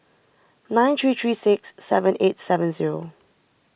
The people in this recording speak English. nine three three six seven eight seven zero